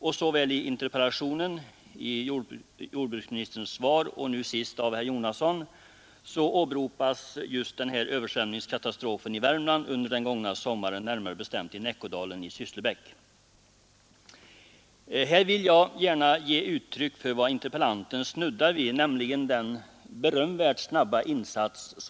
Både i interpellationen, i jordbruksministerns svar och i herr Jonassons anförande här åberopas översvämningskatastrofen i Värmland under den gångna sommaren, närmare bestämt i Näckådalen i Sysslebäck. Jag vill gärna instämma i interpellantens omdöme att regeringen gjorde en berömvärt snabb insats.